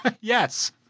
Yes